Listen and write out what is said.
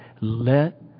let